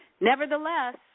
Nevertheless